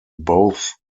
both